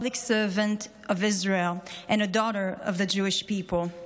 servant of Israel and a daughter of the Jewish people.